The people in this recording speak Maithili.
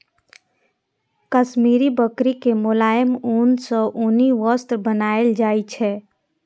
काश्मीरी बकरी के मोलायम ऊन सं उनी वस्त्र बनाएल जाइ छै